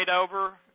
over